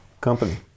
Company